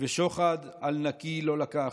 ושוחד על נקי לא לקח,